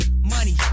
money